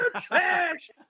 trash